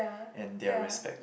and their respect